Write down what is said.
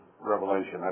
Revelation